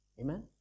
Amen